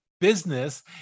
business